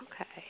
Okay